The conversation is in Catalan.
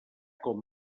com